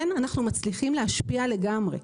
כן אנחנו מצליחים להשפיע לגמרי.